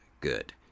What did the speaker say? good